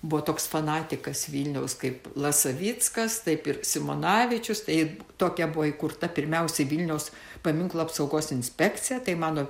buvo toks fanatikas vilniaus kaip lasavickas taip ir simanavičius tai tokia buvo įkurta pirmiausia vilniaus paminklų apsaugos inspekcija tai mano